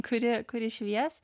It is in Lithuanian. kuri kuri švies